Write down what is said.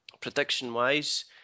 Prediction-wise